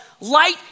light